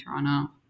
Toronto